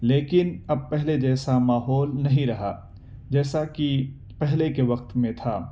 لیکن اب پہلے جیسا ماحول نہیں رہا جیسا کہ پہلے کے وقت میں تھا